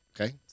Okay